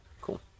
Cool